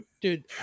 dude